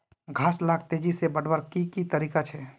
घास लाक तेजी से बढ़वार की की तरीका छे?